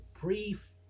brief